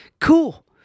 cool